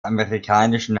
amerikanischen